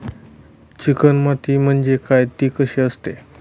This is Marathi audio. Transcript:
चिकण माती म्हणजे काय? ति कशी असते?